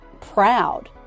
proud